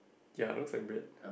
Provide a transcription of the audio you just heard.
ya looks like black